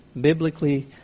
biblically